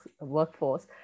workforce